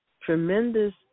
tremendous